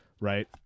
Right